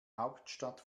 hauptstadt